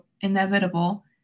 inevitable